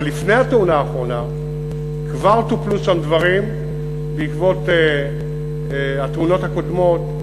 אבל לפני התאונה האחרונה כבר טופלו שם דברים בעקבות התאונות הקודמות.